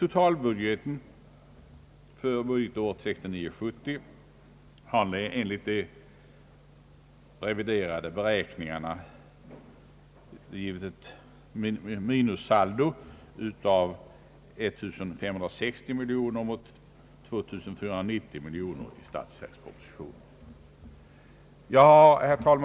Totalbudgeten för 1969/70 har enligt de reviderade beräkningarna givit ett minussaldo på 1560 miljoner mot 2 490 miljoner i statsverkspropositionen, därvid dock eventuella lönehöjningar ej medräknats.